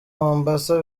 mombasa